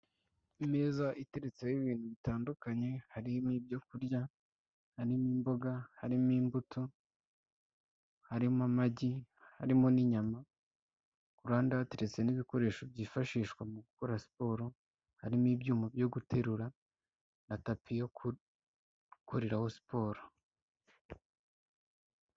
Imeza iteretseho ibintu bitandukanye. Harimo ibyo kurya, aharimo imboga, harimo imbuto, harimo amagi, harimo n'inyama. Ku ruhande hateretse n'ibikoresho byifashishwa mu gukora siporo. Harimo ibyuma byo guterura na tapi yo korerayo siporo.